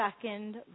second